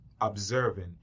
observing